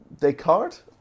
Descartes